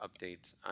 updates